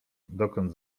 dokąd